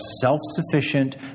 self-sufficient